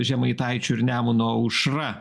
žemaitaičiu ir nemuno aušra